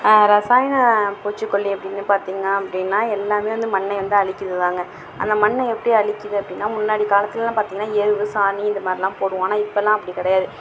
ரசாயன பூச்சிக்கொல்லி அப்படின்னு பார்த்திங்க அப்படின்னா எல்லாமே வந்து மண்ணை வந்து அழிக்கிதுதாங்க அந்த மண்ணை எப்படி அழிக்கிது அப்படினா முன்னாடி காலத்துலலாம் பார்த்திங்கன்னா எரு சாணி இந்தமாதிரிலாம் போடுவோம் ஆனால் இப்பெல்லாம் அப்படி கிடையாது